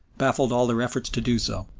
baffled all their efforts to do so.